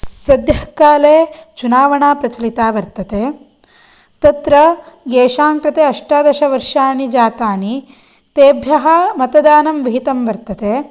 सद्यः काले चुनावणा प्रचलिता वर्तते तत्र येषां कृते अष्टादशवर्षाणि जातानि तेभ्यः मतदानं विहितं वर्तते